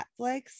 Netflix